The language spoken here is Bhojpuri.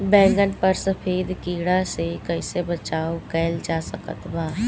बैगन पर सफेद कीड़ा से कैसे बचाव कैल जा सकत बा?